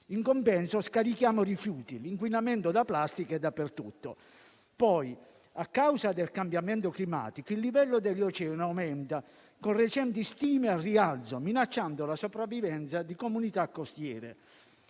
In compenso, scarichiamo rifiuti; l'inquinamento da plastica è dappertutto. Poi, a causa del cambiamento climatico, il livello degli oceani aumenta, con recenti stime al rialzo, minacciando la sopravvivenza di comunità costiere.